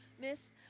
Miss